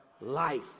life